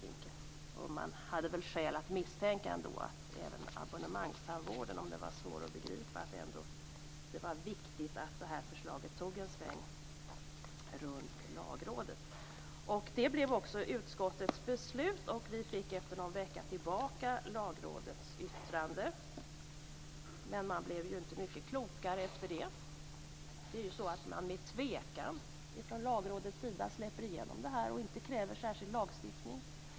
Det fanns väl skäl att misstänka att förslaget om abonnemangstandvården, även om det var svårt att begripa, skulle ta en sväng över Lagrådet. Det blev också utskottets beslut. Efter någon vecka fick vi tillbaka Lagrådets yttrande, men vi blev ju inte mycket klokare av det. Lagrådet släpper ju med tvekan igenom förslaget och kräver ingen särskild lagstiftning.